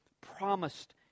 promised